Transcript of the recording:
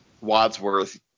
Wadsworth